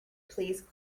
please